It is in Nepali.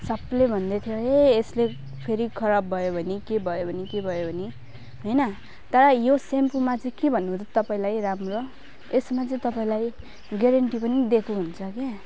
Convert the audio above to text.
सबले भन्दै थियो ए यसले फेरि खराब भयो भने के भयो भने के भयो भने होइन तर यो सेम्पोमा चाहिँ के भन्नु त तपाईँलाई राम्रो यसमा चाहिँ तपाईँलाई ग्यारेन्टी पनि दिएको हुन्छ क्या